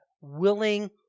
willing